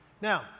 Now